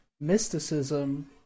Mysticism